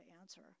answer